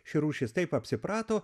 ši rūšis taip apsiprato